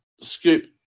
Scoop